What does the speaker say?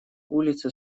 улицы